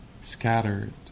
scattered